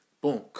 Boom